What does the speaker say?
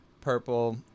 purple